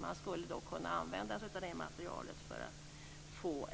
Man skulle då kunna använda sig av det materialet för att få